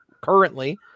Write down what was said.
currently